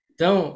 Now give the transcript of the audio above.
Então